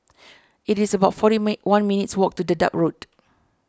it is about forty meh one minutes' walk to Dedap Road